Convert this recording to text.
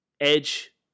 edge